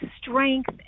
strength